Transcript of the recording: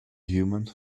human